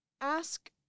ask